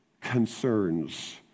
concerns